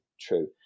true